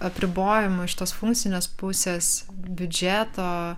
apribojimų iš tos funkcinės pusės biudžeto